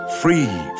Free